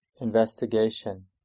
investigation